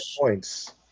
points